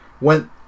went